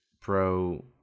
pro